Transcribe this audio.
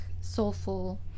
soulful